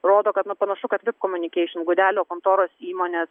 rodo kad nu panašu kad vip communication gudelio kontoros įmonės